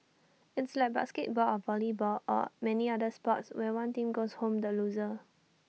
it's like basketball or volleyball or many other sports where one team goes home the loser